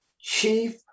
chief